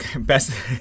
best